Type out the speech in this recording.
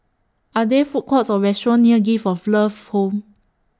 Are There Food Courts Or restaurants near Gift of Love Home